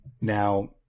Now